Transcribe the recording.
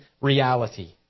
reality